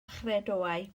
chredoau